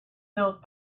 built